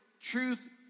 truth